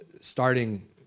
starting